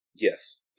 Yes